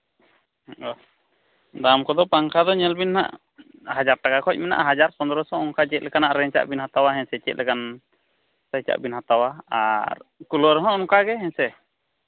ᱚ ᱫᱟᱢ ᱠᱚᱫᱚ ᱯᱟᱝᱠᱷᱟ ᱫᱚ ᱧᱮᱞ ᱵᱤᱱ ᱦᱟᱸᱜ ᱦᱟᱡᱟᱨ ᱴᱟᱠᱟ ᱠᱷᱚᱡ ᱢᱮᱱᱟᱜᱼᱟ ᱦᱟᱡᱟᱨ ᱯᱚᱱᱮᱨᱚ ᱥᱚ ᱚᱱᱠᱟ ᱪᱮᱫ ᱞᱮᱠᱟᱱᱟᱜ ᱨᱮᱸᱡᱽ ᱟᱜ ᱵᱤᱱ ᱦᱟᱛᱟᱣᱟ ᱦᱮᱸ ᱥᱮ ᱪᱮᱫ ᱞᱮᱠᱟᱱ ᱨᱮᱸᱡᱽ ᱟᱜ ᱵᱮᱱ ᱦᱟᱛᱟᱣᱟ ᱟᱨ ᱠᱩᱞᱟᱨ ᱦᱚᱸ ᱚᱱᱠᱟ ᱜᱮ ᱦᱮᱸ ᱥᱮ